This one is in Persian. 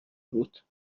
بود